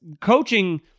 coaching